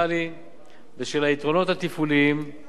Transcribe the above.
בשל היתרונות התפעוליים של השיטה הקיימת